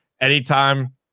anytime